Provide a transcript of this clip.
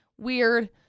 Weird